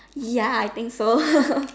ya I think so